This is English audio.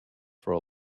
for